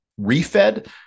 refed